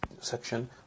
section